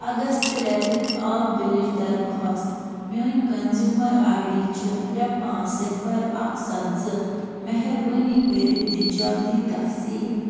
اَگستہٕ رؠتٕکۍ آب بِلٕچ درخواست میٛٲنۍ کنزیوٗمَر آی ڈی چھِ ترٛےٚ پانٛژھ صِفر اکھ سَتھ زٕ مہربٲنی کٔرِتھ دِ جلدی تفصیٖل